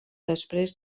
després